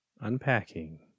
unpacking